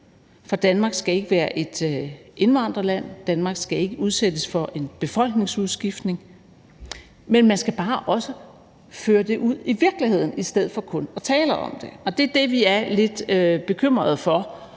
for Danmark skal ikke være et indvandrerland, og Danmark skal ikke udsættes for en befolkningsudskiftning. Men man skal bare også føre det ud i virkeligheden i stedet for kun at tale om det, og det er det, vi er lidt bekymrede for.